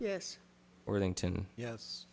yes yes